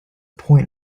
point